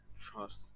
trust